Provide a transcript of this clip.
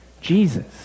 Jesus